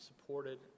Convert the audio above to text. supported